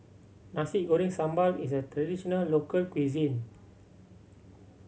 Nasi Goreng Sambal is a traditional local cuisine